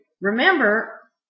Remember